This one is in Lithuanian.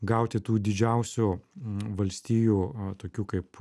gauti tų didžiausių valstijų tokių kaip